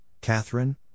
Catherine